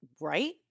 right